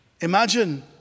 imagine